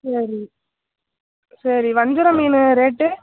சரி சரி வஞ்சரம் மீன் ரேட்டு